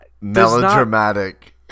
melodramatic